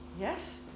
Yes